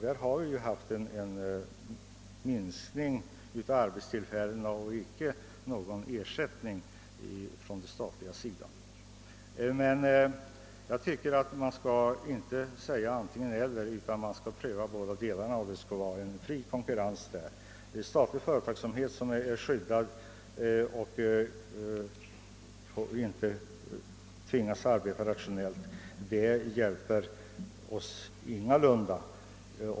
Där har arbetstillfällena minskat utan att staten ingripit. Man skall inte säga antingen — eller, utan man bör pröva båda vägarna och med fri konkurrens. Statlig företagsamhet som är skyddad och inte tvingas arbeta rationellt hjälper oss ingalunda.